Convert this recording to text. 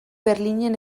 berlinen